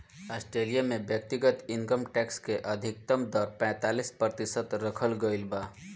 Australia में व्यक्तिगत income tax के अधिकतम दर पैतालीस प्रतिशत रखल गईल बा